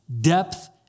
depth